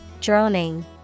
droning